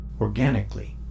Organically